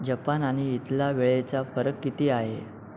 Japan आणि इथला वेळेचा फरक किती आहे